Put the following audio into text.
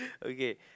okay